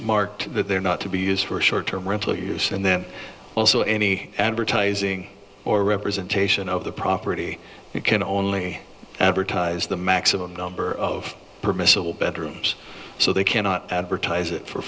marked that they're not to be used for short term rental use and then also any advertising or representation of the property you can only advertise the maximum number of permissible bedrooms so they cannot advertise it for